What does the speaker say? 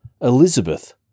Elizabeth